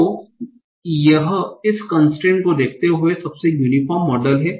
तो यह इस कन्स्ट्रेन्ट को देखते हुए सबसे यूनीफोर्म मॉडल है